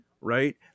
right